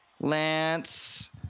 Lance